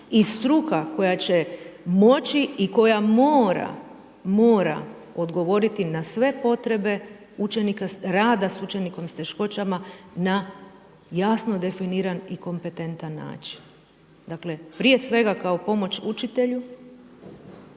i struka koja će moći i koja mora odgovoriti na sve potrebe učenika, rada s učenikom s teškoćama na jasno definiran i kompetentan način. Dakle, prije svega kao pomoć učitelju,